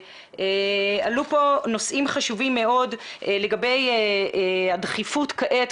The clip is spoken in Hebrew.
עלו כאן נושאים חשובים מאוד לגבי הדחיפות כעת,